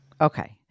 Okay